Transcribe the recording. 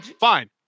fine